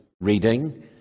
reading